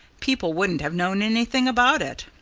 people wouldn't have known anything about it.